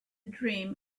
dream